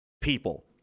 people